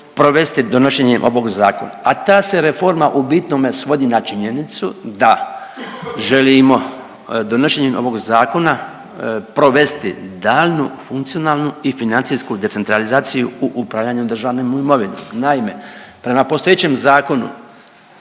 provesti donošenjem ovog zakona, a ta se reforma u bitnome svodi na činjenicu da želimo donošenjem ovog zakona provesti daljnju funkcionalnu i financijsku decentralizaciju u upravljanju državnom imovinom. Naime, prema postojećem zakonu